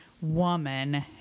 woman